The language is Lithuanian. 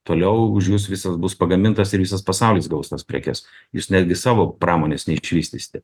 toliau už jus visos bus pagamintos ir visas pasaulis gaus tas prekes jūs netgi savo pramonės neišvystysite